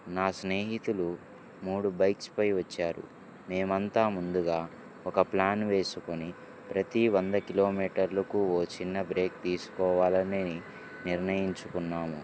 నా స్నేహితులు మూడు బైక్స్ పై వచ్చారు మేము అంతా ముందుగా ఒక ప్లాన్ వేసుకొని ప్రతి వంద కిలోమీటర్లకు ఒక చిన్న బ్రేక్ తీసుకోవాలి అని నిర్ణయించుకున్నాము